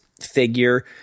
figure